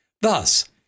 Thus